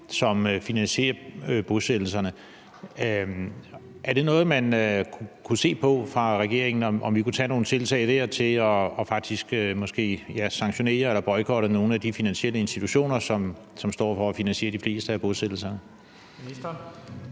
som finansierer bosættelserne. Er det noget, man kunne se på fra regeringen, altså om vi kunne tage nogle tiltag til måske at sanktionere eller boykotte nogle af de finansielle institutioner, som står for at finansiere de fleste af bosættelserne?